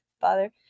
father